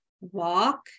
walk